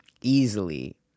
easily